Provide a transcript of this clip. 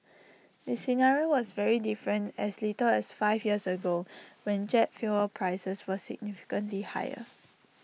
the scenario was very different as little as five years ago when jet fuel prices were significantly higher